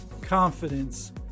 confidence